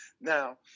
Now